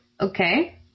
Okay